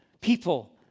people